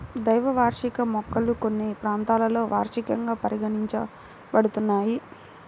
ద్వైవార్షిక మొక్కలు కొన్ని ప్రాంతాలలో వార్షికంగా పరిగణించబడుతున్నాయి